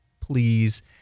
please